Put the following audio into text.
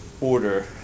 order